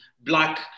black